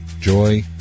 joy